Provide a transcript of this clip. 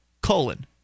colon